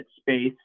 space